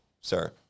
sir